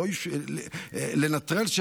לנטרל,